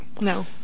No